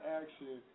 action